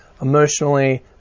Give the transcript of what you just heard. emotionally